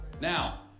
now